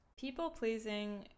people-pleasing